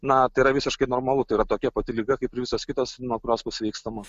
na tai yra visiškai normalu tai yra tokia pati liga kaip ir visos kitos nuo kurios pasveikstama